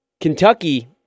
Kentucky